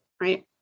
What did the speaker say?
Right